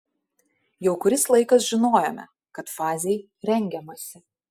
jau kuris laikas žinojome kad fazei rengiamasi